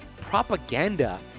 propaganda